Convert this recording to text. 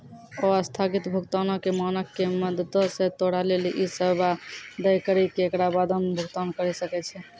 अस्थगित भुगतानो के मानक के मदतो से तोरा लेली इ सेबा दै करि के एकरा बादो मे भुगतान करि सकै छै